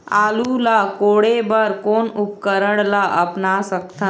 आलू ला कोड़े बर कोन उपकरण ला अपना सकथन?